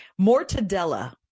Mortadella